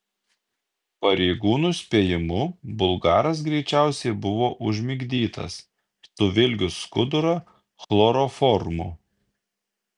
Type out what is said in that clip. pareigūnų spėjimu bulgaras greičiausiai buvo užmigdytas suvilgius skudurą chloroformu